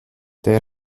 der